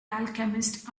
alchemist